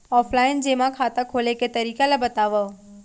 Offline जेमा खाता खोले के तरीका ल बतावव?